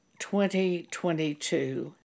2022